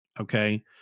Okay